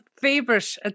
favorite